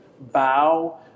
bow